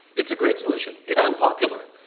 it's a great solution. it's unpopular,